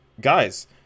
guys